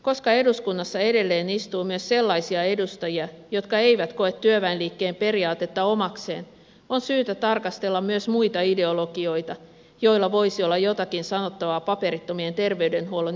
koska eduskunnassa edelleen istuu myös sellaisia edustajia jotka eivät koe työväenliikkeen periaatetta omakseen on syytä tarkastella myös muita ideologioita joilla voisi olla jotakin sanottavaa paperittomien ter veydenhuollon järjestämisestä